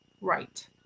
Right